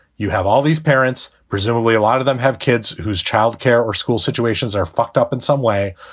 you have all these parents, presumably a lot of them have kids whose child care or school situations are fucked up in some way.